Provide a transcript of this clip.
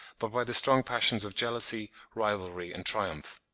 but by the strong passions of jealousy, rivalry, and triumph.